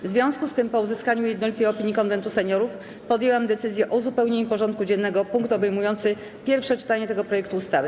W związku z tym, po uzyskaniu jednolitej opinii Konwentu Seniorów, podjęłam decyzję o uzupełnieniu porządku dziennego o punkt obejmujący pierwsze czytanie tego projektu ustawy.